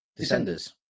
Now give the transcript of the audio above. Descenders